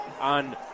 on